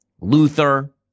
Luther